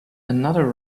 another